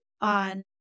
on